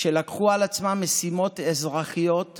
שלקחו על עצמם משימות אזרחיות מדהימות,